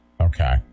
Okay